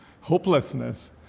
hopelessness